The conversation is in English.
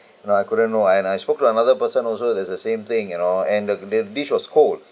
and I couldn't know I and I spoke to another person also there's the same thing you know and the the dish was cold